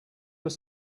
were